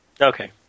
Okay